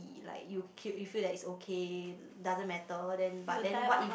y~ like you feel like is okay doesn't matter then but then what if